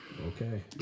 Okay